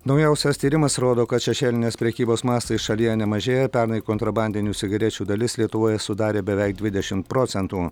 naujausias tyrimas rodo kad šešėlinės prekybos mastai šalyje nemažėja pernai kontrabandinių cigarečių dalis lietuvoje sudarė beveik dvidešimt procentų